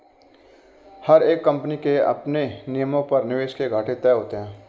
हर एक कम्पनी के अपने नियमों पर निवेश के घाटे तय होते हैं